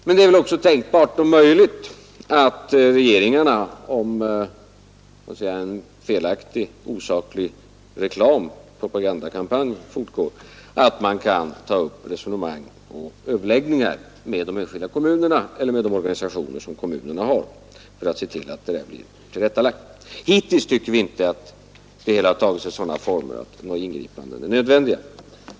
Men det är väl också tänkbart och möjligt att regeringarna, om en felaktig och osaklig reklamoch propagandakampanj fortgår, kan ta upp resonemang och överläggningar med ifrågavarande kommuner eller med de organisationer som företräder kommunerna för att se till att felaktigheterna rättas till. Vi tycker emellertid inte att detta hittills har tagit sig sådana former att några ingripanden har varit nödvändiga.